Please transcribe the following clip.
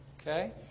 Okay